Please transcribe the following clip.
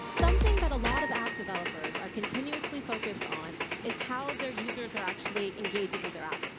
something that a lot of app developers are continuously focused on is how their users are actually engaging with their app.